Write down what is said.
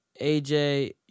AJ